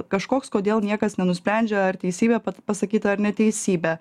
kažkoks kodėl niekas nenusprendžia ar teisybė pa pasakyta ar neteisybė